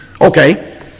Okay